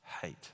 hate